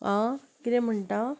आं कितें म्हणटा